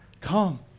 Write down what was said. come